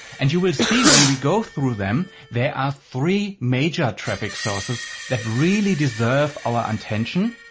and you will see when we go through them there are three major traffic sources that really deserve our attention.